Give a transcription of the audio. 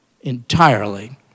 entirely